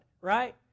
right